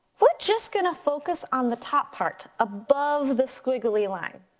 we're just gonna focus on the top part above the squiggly line.